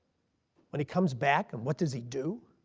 when he comes back and what does he do?